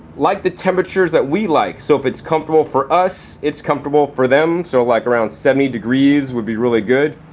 like the temperatures that we like. so if it's comfortable for us, it's comfortable for them. so like around seventy degrees would be really good.